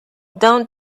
don’t